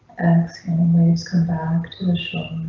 thanks anyways, come back to the shop.